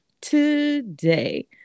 today